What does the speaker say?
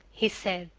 he said.